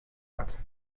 hat